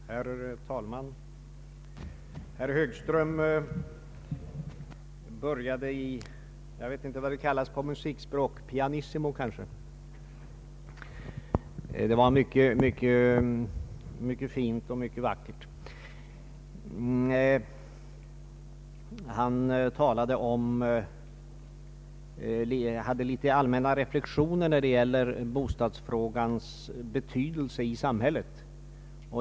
Herr talman! Herr Högström började sitt anförande i — jag vet inte vad det heter på musikspråk — pianissimo, kanske. Det var mycket fint och vackert. Han gjorde några allmänna reflexioner om bostadsfrågans betydelse i samhället.